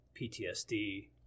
PTSD